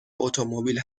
اتومبیل